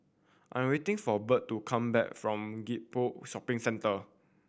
I'm waiting for Bird to come back from Gek Poh Shopping Centre